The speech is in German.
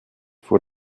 vor